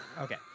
okay